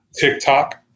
TikTok